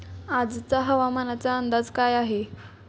आजचा हवामानाचा अंदाज काय आहे?